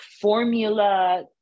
formula